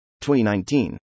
2019